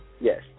Yes